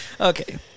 okay